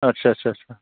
आच्चा आच्चा आच्चा